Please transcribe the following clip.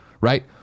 right